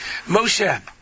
Moshe